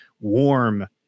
warm